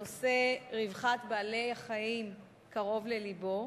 שנושא רווחת בעלי-החיים קרוב ללבו,